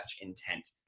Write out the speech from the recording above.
intent